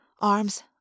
arms